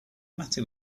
matter